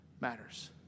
matters